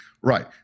Right